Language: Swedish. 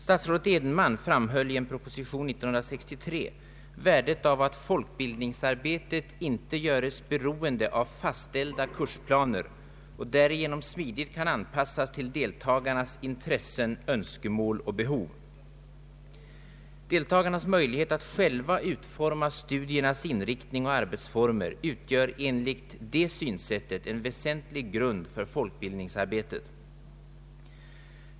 Statsrådet Edenman framhöll i en proposition år 1963 värdet av att folkbildningsarbetet inte görs beroende av fastställda kursplaner utan smidigt kan anpassas till deltagarnas intressen, öns kemål och behov. Deltagarnas möjligheter att själva utforma studiernas inriktning och arbetsformer utgör enligt det synsättet en väsentlig grund för folkbildningsarbetet.